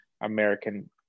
American